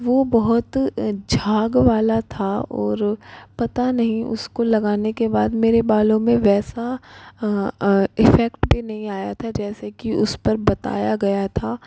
वो बहुत झाग वाला था और पता नहीं उसको लगाने के बाद मेरे बालों में वैसा इफेक्ट भी नहीं आया था जैसे कि उस पर बताया गया था